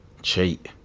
Cheat